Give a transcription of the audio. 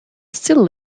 still